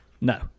no